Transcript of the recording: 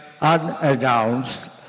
unannounced